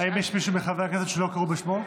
האם יש מישהו מחברי הכנסת שלא קראו בשמו?